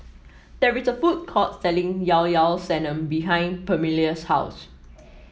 there is a food court selling Llao Llao Sanum behind Permelia's house